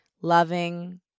loving